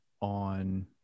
on